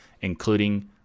including